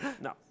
No